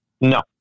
No